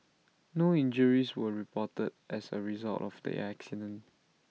no injuries were reported as A result of the accident